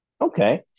Okay